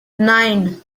nine